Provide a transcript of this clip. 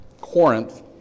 Corinth